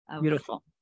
Beautiful